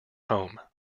home